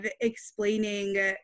explaining